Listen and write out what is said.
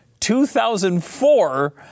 2004